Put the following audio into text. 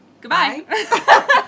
goodbye